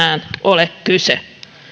ole kyse